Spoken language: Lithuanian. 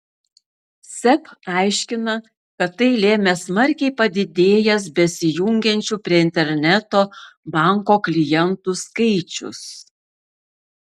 seb aiškina kad tai lėmė smarkiai padidėjęs besijungiančių prie interneto banko klientų skaičius